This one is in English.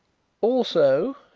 also,